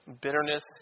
bitterness